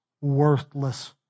worthless